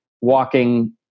walking